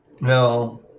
No